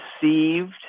deceived